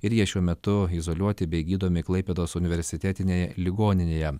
ir jie šiuo metu izoliuoti bei gydomi klaipėdos universitetinėje ligoninėje